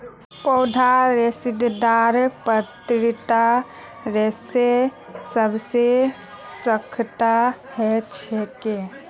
पौधार रेशेदारत पत्तीर रेशा सबसे सख्त ह छेक